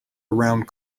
around